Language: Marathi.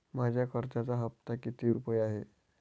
माझ्या कर्जाचा हफ्ता किती रुपये आहे?